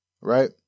right